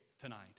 tonight